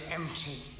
empty